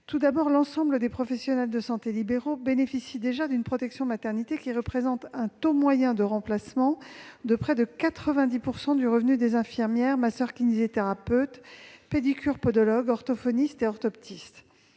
Tout d'abord, l'ensemble des professionnels de santé libéraux bénéficient déjà d'une protection maternité qui représente un taux moyen de remplacement de près de 90 % du revenu des infirmières, masseurs-kinésithérapeutes, pédicures-podologues, orthophonistes et orthoptistes.